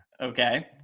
Okay